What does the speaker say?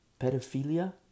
pedophilia